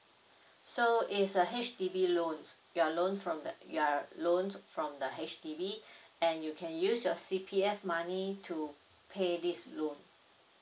so is a H_D_B loans your loan from the you're loaned from the H_D_B and you can use your C_P_F money to pay this loan